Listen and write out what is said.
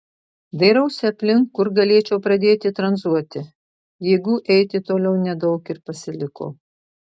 dairausi aplink kur galėčiau pradėti tranzuoti jėgų eiti toliau nedaug ir pasiliko